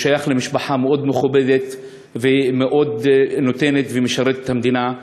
הוא שייך למשפחה מאוד מכובדת ומאוד נותנת ומשרתת את המדינה.